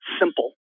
simple